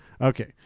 Okay